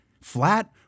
flat